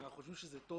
אנחנו חושבים שטוב